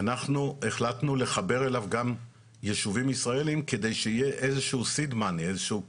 אנחנו החלטנו לחבר אליו גם ישובים ישראלים כדי שיהיה איזה שהוא כסף